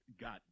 got